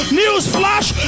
newsflash